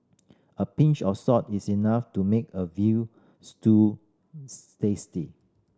a pinch of salt is enough to make a veal stew tasty